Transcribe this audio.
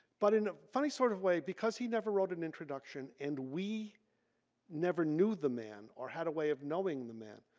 but in a funny sort of way because he never wrote an introduction introduction and we never knew the man or had a way of knowing the man.